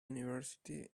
university